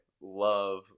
love